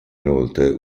inoltre